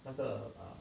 那个 err